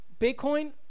Bitcoin